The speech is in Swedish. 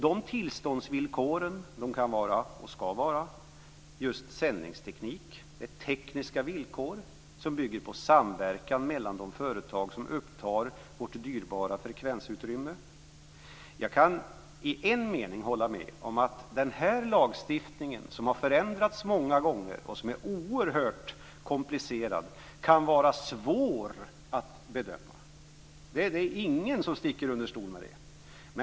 De tillståndsvillkoren kan vara - och skall vara - sändningsteknik med tekniska villkor som bygger på samverkan mellan de företag som upptar vårt dyrbara frekvensutrymme. Jag kan hålla med om att denna lagstiftning, som har förändrats många gånger, och som är oerhört komplicerad, kan vara svår att bedöma. Det är ingen som sticker under stol med det.